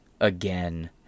again